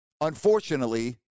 unfortunately